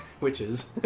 witches